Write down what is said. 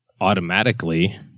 automatically